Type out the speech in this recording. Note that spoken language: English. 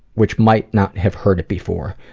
which might not have heard it before,